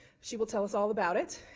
she will tell us all about it.